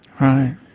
Right